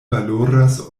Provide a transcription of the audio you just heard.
valoras